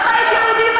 מה הבית יהודי?